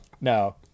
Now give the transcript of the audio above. No